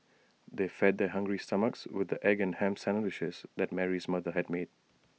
they fed their hungry stomachs with the egg and Ham Sandwiches that Mary's mother had made